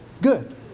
good